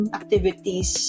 activities